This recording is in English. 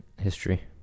history